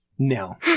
No